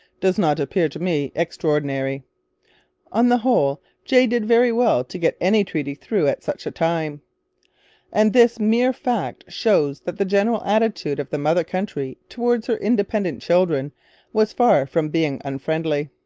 does not appear to me extraordinary on the whole, jay did very well to get any treaty through at such a time and this mere fact shows that the general attitude of the mother country towards her independent children was far from being unfriendly.